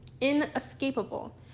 inescapable